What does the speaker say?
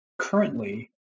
currently